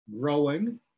growing